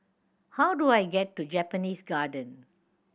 how do I get to Japanese Garden